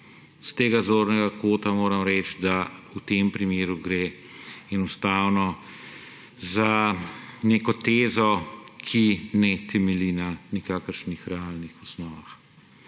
S tega zornega kota moram reči, da v tem primeru gre enostavno za neko tezo, ki ne temelji na nikakršnih realnih osnovah.